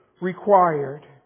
required